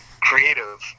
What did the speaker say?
creative